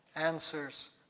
answers